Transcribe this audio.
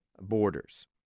borders